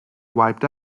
wiped